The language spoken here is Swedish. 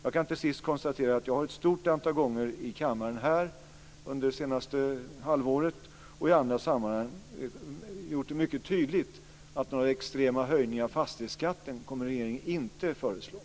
Jag kan till sist konstatera att jag vid ett stort antal tillfällen här i kammaren under det senaste halvåret och i andra sammanhang gjort det mycket tydligt att regeringen inte kommer att föreslå några extrema höjningar av fastighetsskatten.